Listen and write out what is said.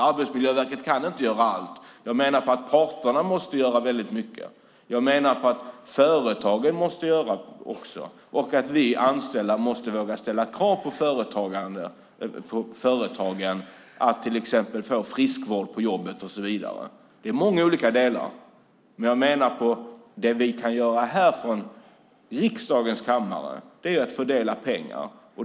Arbetsmiljöverket kan inte göra allt. Jag menar att parterna måste göra väldigt mycket. Jag menar att företagen också måste göra något och att vi anställda måste våga ställa krav på företagen att till exempel få friskvård på jobbet och så vidare. Det är många olika delar. Det jag menar att vi kan göra här från riksdagens kammare är att fördela pengar.